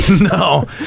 no